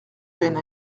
peine